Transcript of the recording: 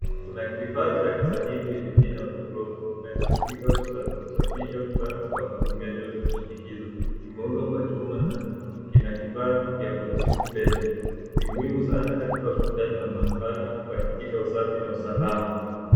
Kuna kifaa cha kisanifu enye jina autoklovu kinachotumika kusafisha vifaa kwa kutumia joto na shinikizo. Kimeundwa kwa chuma na kina kifaa ya kudhibiti mbele. Ni muhimu sana katika hospitali na maabara kuhakikisha usafi na usalama.